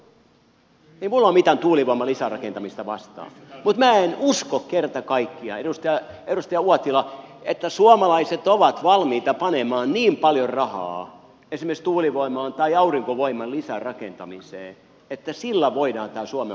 ei minulla ole mitään tuulivoiman lisärakentamista vastaan mutta minä en usko kerta kaikkiaan edustaja uotila että suomalaiset ovat valmiita panemaan niin paljon rahaa esimerkiksi tuulivoiman tai aurinkovoiman lisärakentamiseen että sillä voidaan tämä suomen homma hoitaa